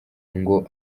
ngo